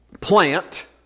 plant